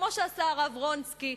כמו שעשה הרב רונצקי,